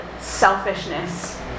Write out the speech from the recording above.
selfishness